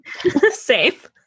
safe